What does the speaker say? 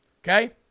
Okay